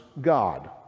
God